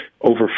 over